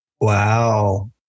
Wow